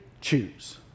choose